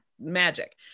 magic